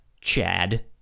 Chad